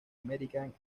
american